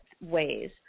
ways